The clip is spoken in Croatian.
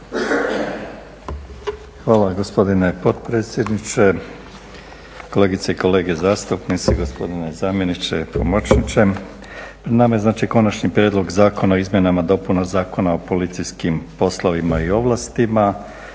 vam gospodine potpredsjedniče, kolegice i kolege zastupnici, gospodine zamjeniče, pomoćniče. Nama je znači Konačni prijedlog zakona o izmjenama i dopunama Zakona o policijskim poslovima i ovlastima